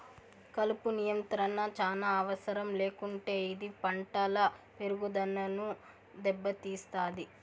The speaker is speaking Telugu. కలుపు నియంత్రణ చానా అవసరం లేకుంటే ఇది పంటల పెరుగుదనను దెబ్బతీస్తాయి